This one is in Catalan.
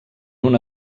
una